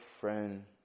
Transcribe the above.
friend